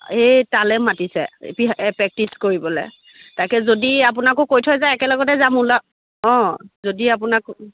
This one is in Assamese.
এই তালৈ মাতিছে এপিহে প্ৰেক্টিচ কৰিবলৈ তাকে যদি আপোনাকো কৈ থৈ যায় একেলগে যাম ওলা অঁ যদি আপোনাকো